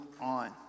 on